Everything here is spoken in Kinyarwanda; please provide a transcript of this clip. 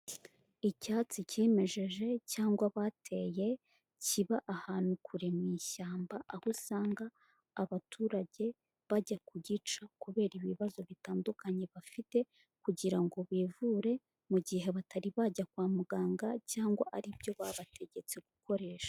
Icyatsi kimejeje cyangwa bateye kiba ahantu kure mu ishyamba, aho usanga abaturage bajya kugica kubera ibibazo bitandukanye bafite kugira ngo bivure, mu gihe batari bajya kwa muganga cyangwa ari byo babategetse gukoresha.